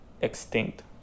extinct